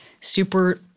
super